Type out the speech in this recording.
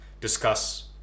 discuss